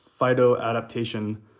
phytoadaptation